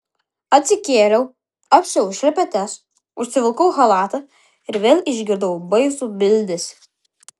atsikėliau apsiaviau šlepetes užsivilkau chalatą ir vėl išgirdau baisų bildesį